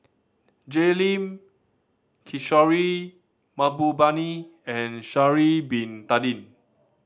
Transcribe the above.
Jay Lim Kishore Mahbubani and Sha'ari Bin Tadin